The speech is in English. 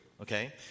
okay